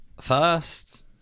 first